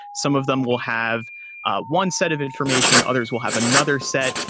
some of them will have one set of information. others will have another set.